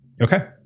Okay